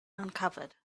uncovered